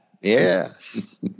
Yes